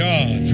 God